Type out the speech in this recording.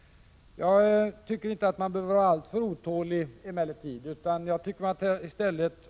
Jag tycker emellertid inte att man behöver vara alltför otålig.